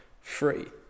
free